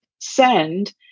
send